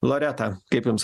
loreta kaip jums